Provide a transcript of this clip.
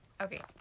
Okay